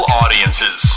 audiences